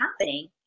happening